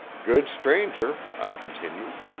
good stranger, i continued,